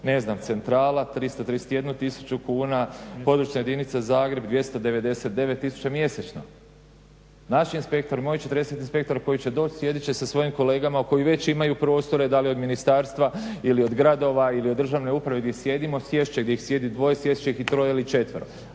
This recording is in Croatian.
ne znam centrala 331 tisuću kuna, područna jedinica Zagreb, 299 mjesečno. Naš je inspektor, moj 40 inspektor koji će doć sjedit će sa svojim kolegama koji već imaju prostore da li od ministarstva ili od gradova ili od državne uprave gdje sjedimo, sjest gdje ih sjedi dvoje, sjest će ih i troje ili četvero,